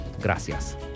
Gracias